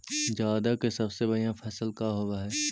जादा के सबसे बढ़िया फसल का होवे हई?